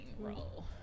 role